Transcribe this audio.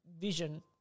vision